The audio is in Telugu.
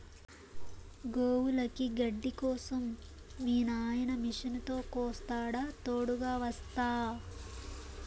గోవులకి గడ్డి కోసం మీ నాయిన మిషనుతో కోస్తాడా తోడుగ వస్తా